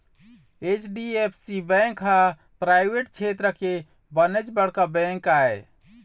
HDFC bank ह private छेत्र के बनेच बड़का बेंक आय